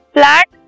Flat